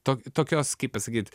tok tokios kaip pasakyt